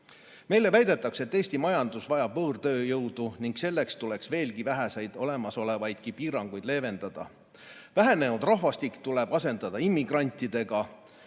väidetakse, et Eesti majandus vajab võõrtööjõudu ning selleks tuleks neid väheseid olemasolevaid piiranguid veelgi leevendada. Vähenenud rahvastik tuleb asendada immigrantidega,